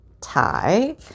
tie